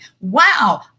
Wow